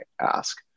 ask